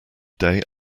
day